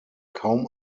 kaum